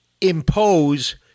impose